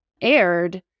aired